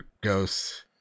Ghosts